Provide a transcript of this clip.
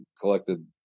collected